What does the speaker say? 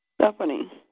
Stephanie